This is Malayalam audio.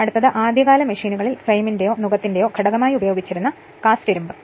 അടുത്തത് ആദ്യകാല മെഷീനുകളിൽ ഫ്രെയിമിന്റെയോ നുകത്തിന്റെയോ ഘടകമായി ഉപയോഗിച്ചിരുന്ന കാസ്റ്റ് ഇരുമ്പ്